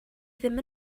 ddim